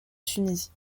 tunisie